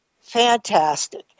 Fantastic